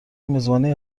میزبانی